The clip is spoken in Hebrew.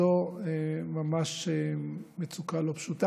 זו ממש מצוקה לא פשוטה.